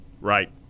Right